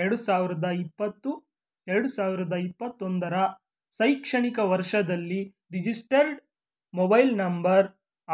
ಎರಡು ಸಾವಿರದ ಇಪ್ಪತ್ತು ಎರಡು ಸಾವಿರದ ಇಪ್ಪತ್ತೊಂದರ ಶೈಕ್ಷಣಿಕ ವರ್ಷದಲ್ಲಿ ರಿಜಿಸ್ಟರ್ಡ್ ಮೊಬೈಲ್ ನಂಬರ್